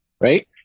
right